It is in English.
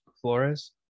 Flores